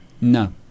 No